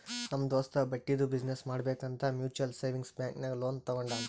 ನಮ್ ದೋಸ್ತ ಬಟ್ಟಿದು ಬಿಸಿನ್ನೆಸ್ ಮಾಡ್ಬೇಕ್ ಅಂತ್ ಮ್ಯುಚುವಲ್ ಸೇವಿಂಗ್ಸ್ ಬ್ಯಾಂಕ್ ನಾಗ್ ಲೋನ್ ತಗೊಂಡಾನ್